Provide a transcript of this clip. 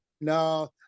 no